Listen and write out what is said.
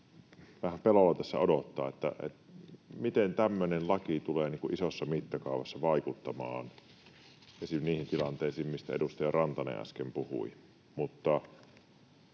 vähän pelolla tässä odottaa, miten tämmöinen laki tulee isossa mittakaavassa vaikuttamaan esim. niihin tilanteisiin, mistä edustaja Rantanen äsken puhui.